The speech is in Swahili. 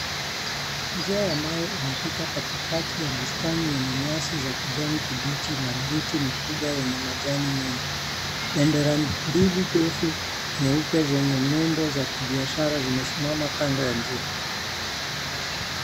Njia ya mawe inapita katikati ya bustani yenye nyasi za kijani kibichi na miti mikubwa yenye majani mingi. Bendera mbili ndefu nyeupe zenye nembo za kibiashara zimesimama kando ya njia.